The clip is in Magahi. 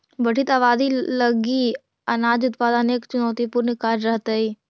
बढ़ित आबादी लगी अनाज उत्पादन एक चुनौतीपूर्ण कार्य रहेतइ